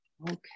Okay